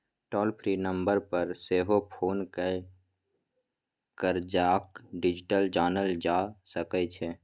टोल free number पर सेहो phone कए करजाक डिटेल जानल जा सकै छै